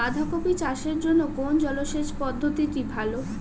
বাঁধাকপি চাষের জন্য কোন জলসেচ পদ্ধতিটি ভালো?